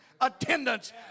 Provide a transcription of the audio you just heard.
attendance